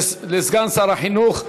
תודה לסגן שר החינוך.